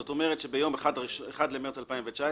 זאת אומרת שביום 1 במרס 2019,